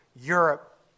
Europe